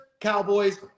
Cowboys